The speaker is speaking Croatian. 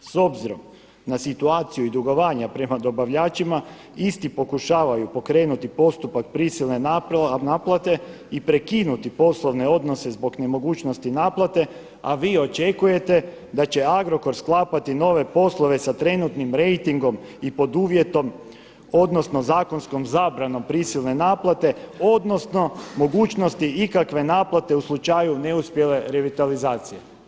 S obzirom na situaciju i dugovanja prema dobavljačima isti pokušavaju pokrenuti postupak prisilne naplate i prekinuti poslovne odnose zbog nemogućnosti naplate, a vi očekujete da će Agrokor sklapati nove poslove sa trenutnim rejtingom i pod uvjetom, odnosno zakonskom zabranom prisilne naplate, odnosno mogućnosti ikakve naplate u slučaju neuspjele revitalizacije.